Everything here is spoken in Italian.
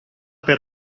per